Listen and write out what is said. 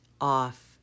off